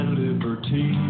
liberty